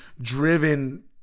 driven